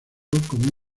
como